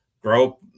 grow